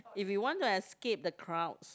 if you want to escape the crowds